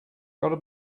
gotta